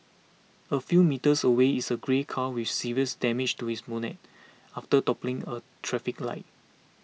a few metres away is a grey car with serious damage to its bonnet after toppling a traffic light